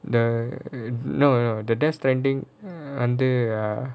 the no no the death stranding under the